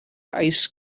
ice